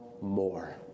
more